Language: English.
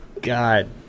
god